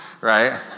right